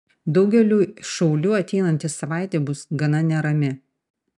daugeliui šaulių ateinanti savaitė bus gana nerami